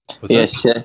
Yes